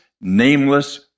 nameless